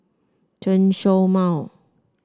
Chen Show Mao